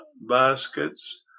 baskets